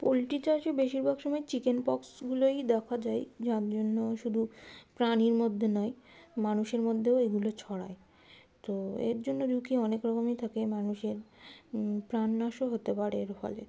poultry চাষে বেশিরভাগ সময় চিকেন পক্সগুলোই দেখা যায় যার জন্য শুধু প্রাণীর মধ্যে নয় মানুষের মধ্যেও এগুলো ছড়ায় তো এর জন্য ঝুঁকি অনেক রকমই থাকে মানুষের প্রাণনাশও হতে পারে এর ফলে